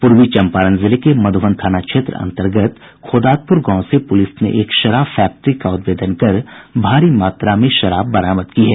पूर्वी चंपारण जिले के मधुबन थाना क्षेत्र अंतर्गत खोदातपुर गांव से पुलिस ने एक शराब फैक्ट्री का उद्भेदन कर भारी मात्रा में शराब बरामद की है